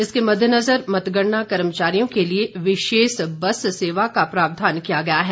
इसके मददेनजर मतगणना कर्मचारियों के लिए विशेष बस सेवा का प्रावधान किया गया है